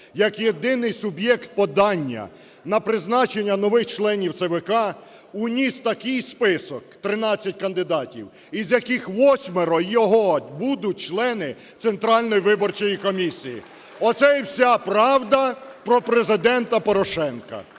як єдиний суб'єкт подання на призначення нових членів ЦВК вніс такий список – 13 кандидатів, із яких восьмеро його будуть члени Центральної виборчої комісії! Оце і вся правда про Президента Порошенка.